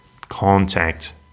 contact